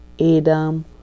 Adam